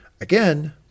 again